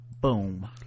boom